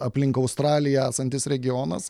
aplink australiją esantis regionas